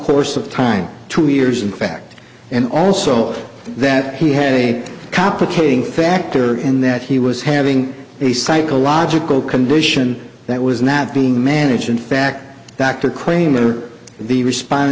course of time to years in fact and also that he had a complicating factor in that he was having a psychological condition that was not being managed in fact back to claim it or the respond